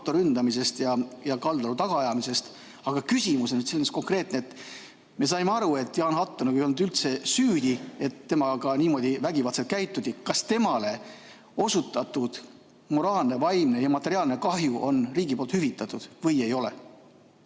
Hatto ründamisest ja Kaldalu tagaajamisest. Aga küsimus on konkreetne. Me saime aru, et Jaan Hatto ei olnud üldse süüdi selles, et temaga niimoodi vägivaldselt käituti. Kas temale tekitatud moraalne, vaimne ja materiaalne kahju on riigi poolt hüvitatud või ei ole?